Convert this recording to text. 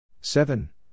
Seven